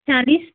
चालीस